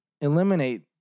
eliminate